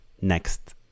next